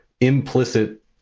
implicit